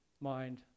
mind